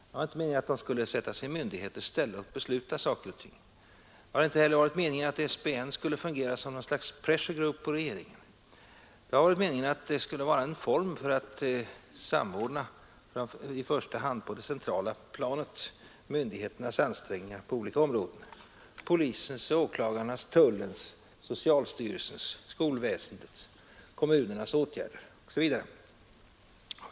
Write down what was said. Det var inte meningen att det skulle sättas i myndigheters ställe och besluta saker och ting. Det har inte heller varit meningen att SBN skulle fungera som något slags pressure group på regeringen. Det har varit meningen att det skulle vara en form för att samordna, i första hand på det centrala planet, myndigheternas ansträngningar på olika områden — polisens, åklagarnas, tullens, socialstyrelsens, skolväsendets, kommunernas åtgärder osv.